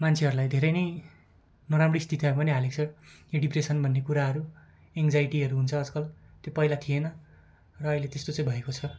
मान्छेहरूलाई धेरै नै नराम्रो स्थितिमा पनि हालेको छ डिप्रेसन भन्ने कुराहरू एनजाइटीहरू हुन्छ आजकल त्यो पहिला थिएन र अहिले त्यस्तो चाहिँ भएको छ